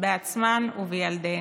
בעצמן ובילדיהן.